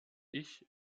ich